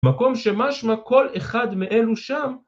מקום שמשמע כל אחד מאלו שם